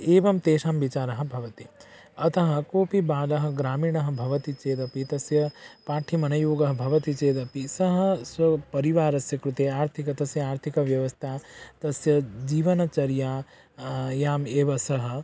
एवं तेषां विचारः भवति अतः कोऽपि बालः ग्रामीणाः भवति चेदपि तस्य पाठ्यम् अनुयोगः भवति चेदपि सः स्व परिवारस्य कृते आर्थिक तस्य आर्थिक व्यवस्था तस्य जीवनचर्यायाम् एव सः